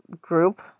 group